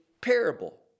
parable